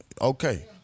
okay